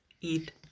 eat